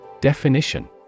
Definition